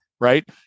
right